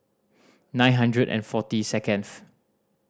nine hundred and forty second